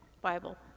Bible